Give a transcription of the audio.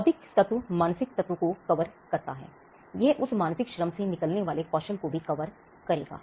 बौद्धिक तत्व मानसिक तत्व को कवर करता है यह उस मानसिक श्रम से निकलने वाले कौशल को भी कवर करेगा